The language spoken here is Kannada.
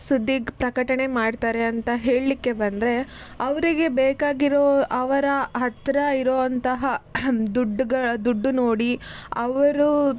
ಸುದ್ದಿ ಪ್ರಕಟಣೆ ಮಾಡ್ತಾರೆ ಅಂತ ಹೇಳಲಿಕ್ಕೆ ಬಂದರೆ ಅವರಿಗೆ ಬೇಕಾಗಿರೋ ಅವರ ಹತ್ತಿರ ಇರುವಂತಹ ದುಡ್ಡುಗಳ ದುಡ್ಡು ನೋಡಿ ಅವರು